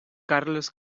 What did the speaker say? carles